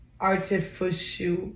artificial